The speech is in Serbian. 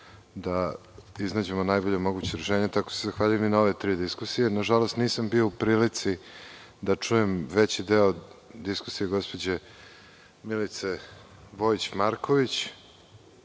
da iznađemo najbolje moguće rešenje, tako da se zahvaljujem i na ove tri diskusije. Nažalost, nisam bio i prilici da čujem veći deo diskusije gospođe Milice Vojić Marković. Prvi